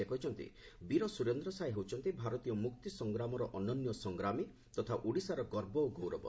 ସେ କହିଛନ୍ତି ବୀର ସ୍ୱରେନ୍ଦ୍ର ସାଏ ହେଉଛନ୍ତି ଭାରତୀୟ ମୁକ୍ତି ସଂଗ୍ରାମର ଅନନ୍ୟ ସଂଗ୍ରାମୀ ତଥା ଓଡ଼ିଶାର ଗର୍ବ ଓ ଗୌରବ